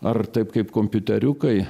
ar taip kaip kompiuteriukai